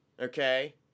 okay